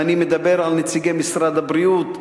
ואני מדבר על נציגי משרד הבריאות,